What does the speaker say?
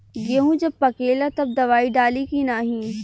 गेहूँ जब पकेला तब दवाई डाली की नाही?